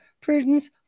prudence